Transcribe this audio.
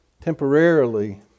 Temporarily